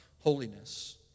holiness